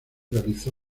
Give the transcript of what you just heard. realizó